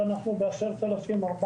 אתמול היינו ב-10,497,